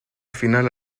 final